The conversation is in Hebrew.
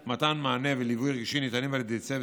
מענה וליווי רגשי ניתנים על ידי הצוות